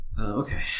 Okay